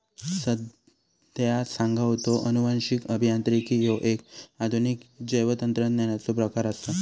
संध्या सांगा होता, अनुवांशिक अभियांत्रिकी ह्यो एक आधुनिक जैवतंत्रज्ञानाचो प्रकार आसा